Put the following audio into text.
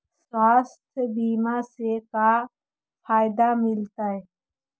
स्वास्थ्य बीमा से का फायदा मिलतै?